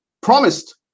promised